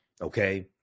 okay